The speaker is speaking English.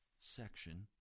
section